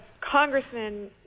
Congressman